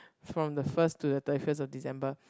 from the first to the thirty first of December